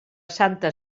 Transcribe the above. santa